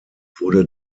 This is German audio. wurde